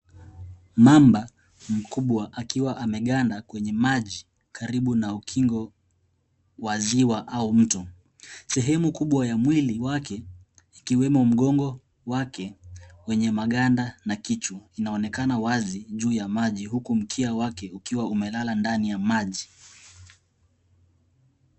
Mamba mkubwa akiwa ameganda kwenye maji karibu na ukingo wa ziwa au mto. Sehemu kubwa ya mwili wake ikiwemo mgongo wake wenye maganda na kichwa, unaonekana wazi juu ya maji huku mkia wake ukiwa umelala ndani ya maji.